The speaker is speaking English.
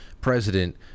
president